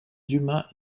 dumas